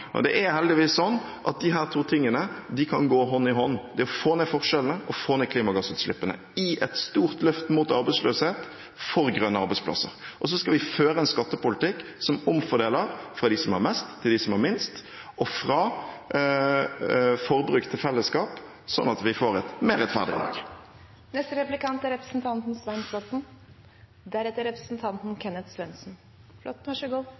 Det er heldigvis sånn at disse to tingene kan gå hånd i hånd, det å få ned forskjellene og få ned klimagassutslippene, i et stort løft mot arbeidsløshet og for grønne arbeidsplasser. Så skal vi føre en skattepolitikk som omfordeler fra dem som har mest, til dem som har minst, og fra forbruk til fellesskap, slik at vi får et mer rettferdig land. Nesten litt leit å måtte avbryte denne hyggelige passiaren. Representanten